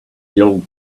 jill